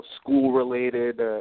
school-related